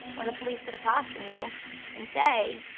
when the police sit across from you and say,